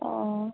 অঁ